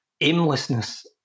aimlessness